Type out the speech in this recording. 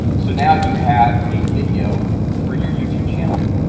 so now you have a video for your youtube channel